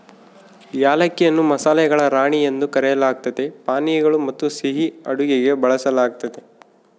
ಏಲಕ್ಕಿಯನ್ನು ಮಸಾಲೆಗಳ ರಾಣಿ ಎಂದು ಕರೆಯಲಾಗ್ತತೆ ಪಾನೀಯಗಳು ಮತ್ತುಸಿಹಿ ಅಡುಗೆಗೆ ಬಳಸಲಾಗ್ತತೆ